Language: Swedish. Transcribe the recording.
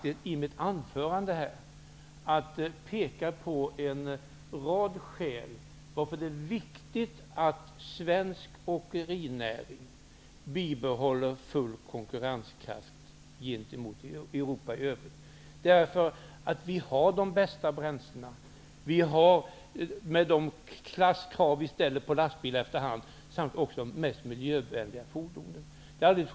I mitt anförande försökte jag faktiskt peka på en rad skäl till att det är viktigt att svensk åkerinäring bibehåller full konkurrenskraft gentemot Europa i övrigt. Vi har de bästa bränslena. Med de klasskrav vi ställer på lastbilar har vi också de miljövänligaste fordonen.